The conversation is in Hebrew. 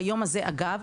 ביום הזה אגב,